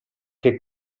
che